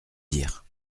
dire